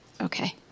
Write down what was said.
Okay